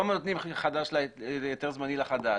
לא נותנים היתר זמני לחדש.